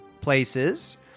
places